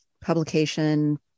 publication